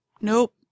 nope